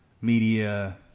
media